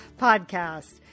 podcast